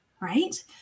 right